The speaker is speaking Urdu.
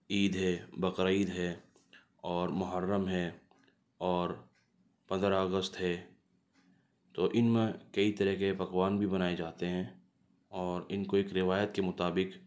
عید ہے بقرعید ہے اور محرم ہے اور پندرہ اگست ہے تو ان میں کئی طرح کے پکوان بھی بنائے جاتے ہیں اور ان کو ایک روایت کے مطابق